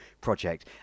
project